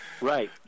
right